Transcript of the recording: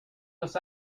los